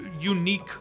unique